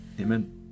Amen